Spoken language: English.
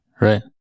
right